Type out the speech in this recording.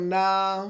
now